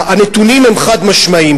הנתונים הם חד-משמעיים.